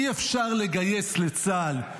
אי-אפשר לגייס לצה"ל,